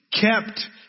kept